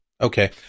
Okay